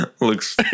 Looks